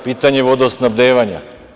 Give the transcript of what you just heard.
Npr, pitanje vodosnabdevanja.